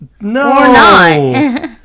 No